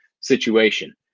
situation